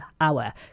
hour